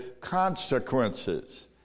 consequences